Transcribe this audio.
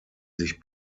sich